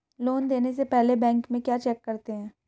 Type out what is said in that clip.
Loan देने से पहले बैंक में क्या चेक करते हैं?